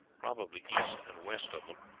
probably east and west of them,